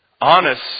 Honest